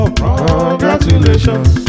congratulations